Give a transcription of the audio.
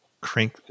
crank